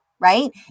Right